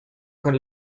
con